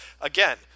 Again